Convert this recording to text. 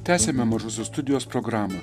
tęsiame mažosios studijos programą